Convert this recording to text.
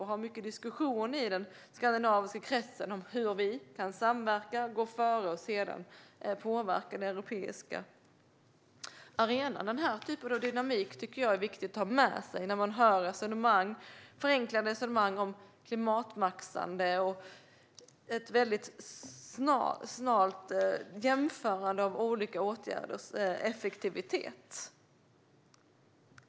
Vi har mycket diskussion i den skandinaviska kretsen om hur vi kan samverka, gå före och sedan påverka den europeiska arenan. Den här typen av dynamik tycker jag att det är viktigt att ha med sig när man hör förenklade resonemang om klimatmaxande och ett väldigt smalt jämförande av olika åtgärders effektivitet.